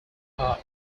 are